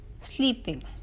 sleeping